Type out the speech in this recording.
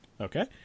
okay